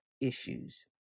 issues